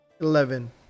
Eleven